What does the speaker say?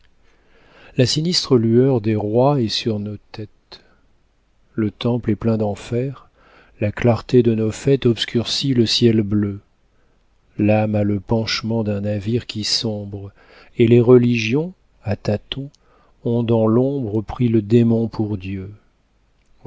la sinistre lueur des rois est sur nos têtes le temple est plein d'enfer la clarté de nos fêtes obscurcit le ciel bleu l'âme a le penchement d'un navire qui sombre et les religions à tâtons ont dans l'ombre pris le démon pour dieu